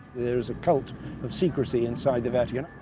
there is a cult of secrecy inside the vatican.